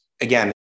Again